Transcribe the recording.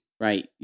right